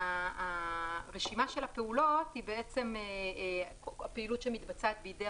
הרשימה של הפעולות היא הפעילות שמתבצעת בידי